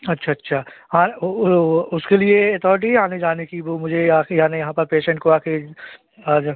अच्छा अच्छा हाँ वह उसके लिए अथॉरिटी है आने जाने की वह मुझे यहाँ से यानी यहाँ पर पेशेन्ट को आकर आज